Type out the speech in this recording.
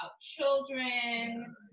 children